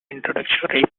introductory